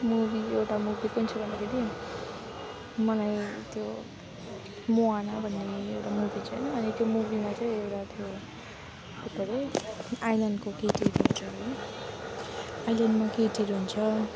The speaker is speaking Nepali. मुवी एउटा मुवी कुन चाहिँ भनेदेखि मलाई त्यो मोवाना भन्ने एउटा मुवी छ अनि त्यो मुवीमा चाहिँ एउटा त्यो के पो अरे आइल्यान्डको केटी हुन्छ नि आइल्यान्डमा केटीहरू हुन्छ